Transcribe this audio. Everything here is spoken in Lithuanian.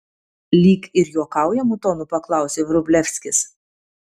lyg ir juokaujamu tonu paklausė vrublevskis